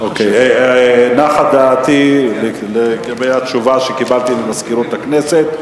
נחה דעתי לגבי התשובה שקיבלתי ממזכירות הכנסת.